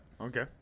Okay